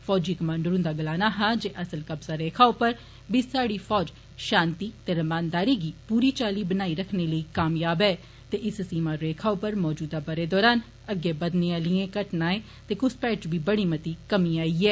फौजी कमाण्डर हुन्दा गलाना हा जे असल कब्जा रेखा उप्पर बी साहडी फौज शांति ते रमानदारी गी पूरी चाल्ली बनाई रक्खने लेई कामयाब ऐ ते इस सीमा रेखा उप्पर मौजूदा बरे दौरान अग्गै बदने आलिए घटनाए ट्रास्ट्रेशन ते घुसपैठ च बी बड़ी मती कमी आई ऐ